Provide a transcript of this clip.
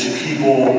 people